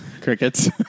Crickets